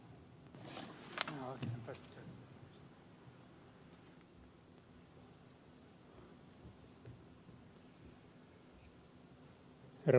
herra puhemies